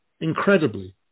Incredibly